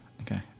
Okay